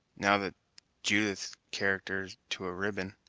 now that's judith's character to a ribbon!